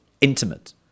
intimate